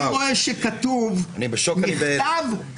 אני בשוק, אני בהלם.